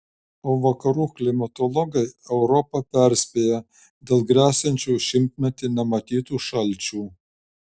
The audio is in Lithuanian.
o vakarų klimatologai europą perspėja dėl gresiančių šimtmetį nematytų šalčių